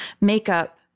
makeup